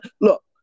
Look